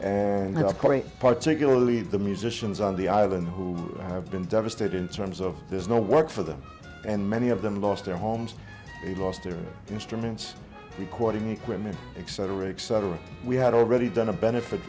and particularly the musicians on the island who have been devastated in terms of there's no work for them and many of them lost their homes and lost their instruments requoting equipment etc etc we had already done a benefit